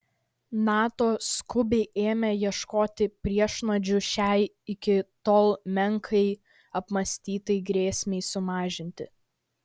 nato skubiai ėmė ieškoti priešnuodžių šiai iki tol menkai apmąstytai grėsmei sumažinti